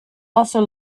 also